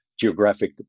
geographic